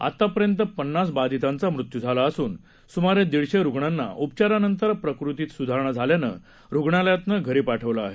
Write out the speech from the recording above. आतापर्यंक पन्नास बाधितांचा मृत्यू झाला असून सुमारे दीडशे रुग्णांना उपचारानंतर प्रकृतीत सुधार झाल्यानं रुग्णालयातून घरी पाठवलं आहे